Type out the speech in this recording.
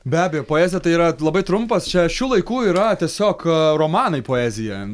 be abejo poezija tai yra labai trumpas čia šių laikų yra tiesiog romanai poezija